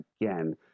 again